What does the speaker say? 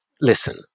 listen